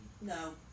No